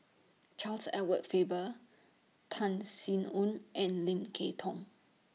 Charles Edward Faber Tan Sin Aun and Lim Kay Tong